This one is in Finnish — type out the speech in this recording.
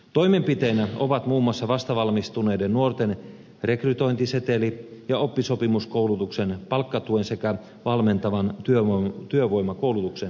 toimenpiteinä ovat muun muassa vastavalmistuneiden nuorten rekrytointiseteli ja oppisopimuskoulutuksen palkkatuen sekä valmentavan työvoimakoulutuksen lisäykset